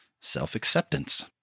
self-acceptance